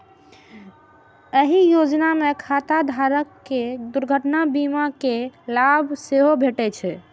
एहि योजना मे खाता धारक कें दुर्घटना बीमा के लाभ सेहो भेटै छै